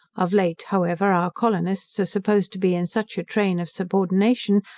of late, however, our colonists are supposed to be in such a train of subordination,